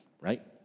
right